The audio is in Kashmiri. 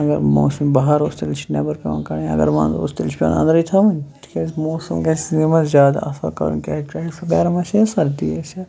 اَگَر موسم بَہار اوس تیٚلہِ چھِ نیٚبَر پیٚوان کَڑٕنۍ اَگَر وَنٛدٕ اوس تیٚلہِ چھِ پیٚوان اَندرٕے تھاوٕنۍ تکیازِ موسَم گَژھِ نہٕ یِمَن زیادٕ اَثَر کَرُن کینٛہہ چاہے سُہ گَرم آسہِ یا سَردی آسہِ